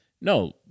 No